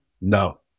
No